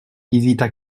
visites